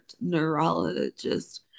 neurologist